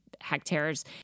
hectares